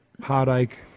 heartache